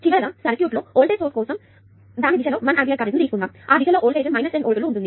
చివరగాసర్క్యూట్ లో ఈ voltage source కోసం దాని దిశలో 1 ఆంపియర్ కరెంట్ తీసుకుందాం మరియు ఆ దిశలో వోల్టేజ్ 10 వోల్టులు ఉంటుంది